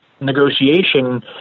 negotiation